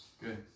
Good